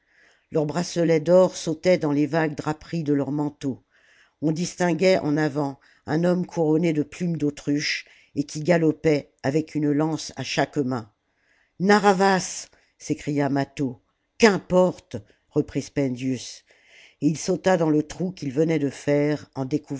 leurs bracelets d'or sautaient dans les vagues draperies de leurs manteaux on distinguait en avant un homme couronné de plumes d'autruche et qui galopait avec une lance à chaque main narr'havas s'écria mâtho qli'importe reprit spendius et il sauta dans le trou qu'ils venaient de faire